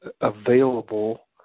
available